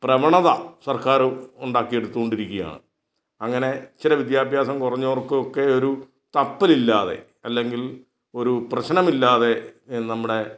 പ്രവണത സർക്കാർ ഉണ്ടാക്കി എടുത്തുകൊണ്ടിരിക്കുകയാണ് അങ്ങനെ ഇച്ചരെ വിദ്യാഭ്യാസം കു ഞ്ഞവർക്കൊക്കെ ഒരു തപ്പലില്ലാതെ അല്ലെങ്കിൽ ഒരു പ്രശ്നമില്ലാതെ നമ്മുടെ